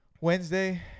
Wednesday